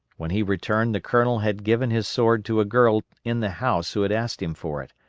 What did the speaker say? when he returned the colonel had given his sword to a girl in the house who had asked him for it,